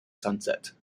sunset